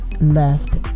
left